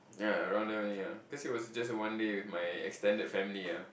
yea around there only ah cause it was just one day with my extended family ah